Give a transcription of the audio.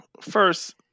first